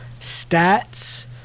stats